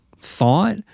thought